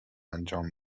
انجام